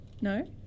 No